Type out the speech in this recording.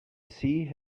sea